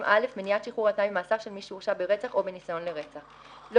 "מניעת שחרור על תנאי ממאסר של מי שהורשע ברצח או בניסיון לרצח 40א. לא